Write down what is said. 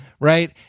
right